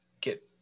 get